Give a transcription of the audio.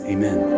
Amen